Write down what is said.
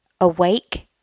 Awake